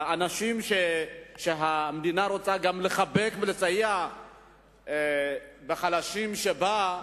אנשים שהמדינה רוצה גם לחבק ולסייע לחלשים שבה,